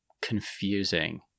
confusing